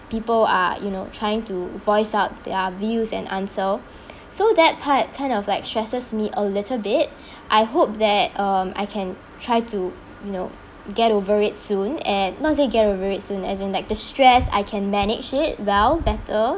people are you know trying to voice out their views and answer so that part kind of like stresses me a little bit I hope that um I can try to you know get over it soon and not say get over it soon as in like the stress I can manage it well better